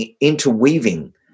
interweaving